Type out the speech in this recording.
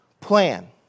plan